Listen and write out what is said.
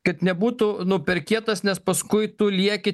kad nebūtų nu per kietas nes paskui tu lieki